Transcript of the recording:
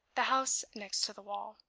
the house next to the wall.